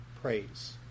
praise